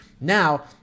Now